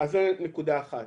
זו נקודה אחת.